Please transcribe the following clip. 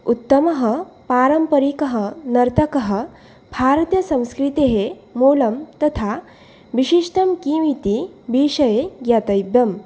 उत्तमः पारम्परिकः नर्तकः भारतीयसंस्कृतेः मूलं तथा विशिष्टं किम् इति विषये ज्ञातव्यं